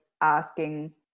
asking